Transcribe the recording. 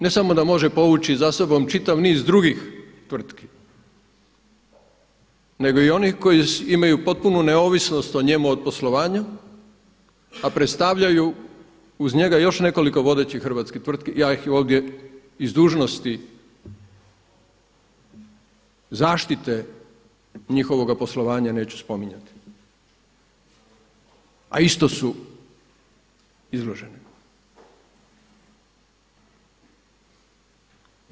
Ne samo da može povući za sobom čitav niz drugih tvrtki nego i oni koji imaju potpunu neovisnost o njemu od poslovanja, a predstavljaju uz njega još nekoliko vodećih hrvatskih tvrtki, ja ih ovdje iz dužnosti zaštite njihovoga poslovanja neću spominjati, a isto su izloženi.